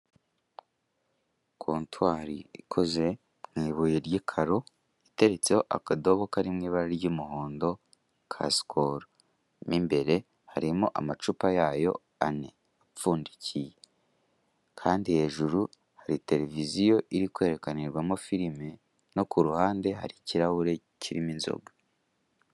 Kontwari ikoze mu ibuye ry'ikaro, iteretseho akadobo kari mu ibara ry'umuhondo ka sikolo mo imbere harimo amacupa yayo ane kandi hejuru hari televiziyo iri kwerekanirwaho filimi no kuruhande hari ikirahure kirimo inzoga.